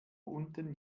unten